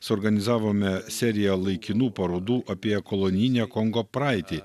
suorganizavome seriją laikinų parodų apie kolonijinę kongo praeitį